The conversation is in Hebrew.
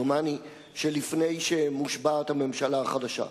דומני שלפני שמושבעת הממשלה החדשה,